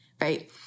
Right